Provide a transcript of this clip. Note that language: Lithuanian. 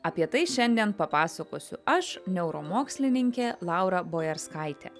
apie tai šiandien papasakosiu aš neuromokslininkė laura boerskaitė